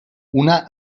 una